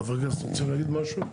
חברי הכנסת, רוצים להגיד משהו?